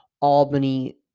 Albany